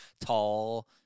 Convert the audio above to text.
Tall